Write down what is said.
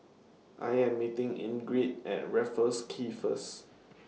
I Am meeting Ingrid At Raffles Quay First